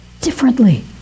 differently